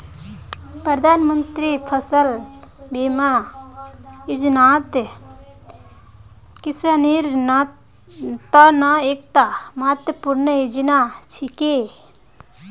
प्रधानमंत्री फसल बीमा योजनात किसानेर त न एकता महत्वपूर्ण योजना छिके